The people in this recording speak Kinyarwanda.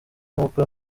kuko